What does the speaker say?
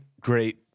great